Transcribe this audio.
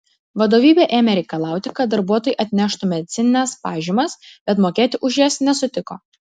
vadovybė ėmė reikalauti kad darbuotojai atneštų medicinines pažymas bet mokėti už jas nesutiko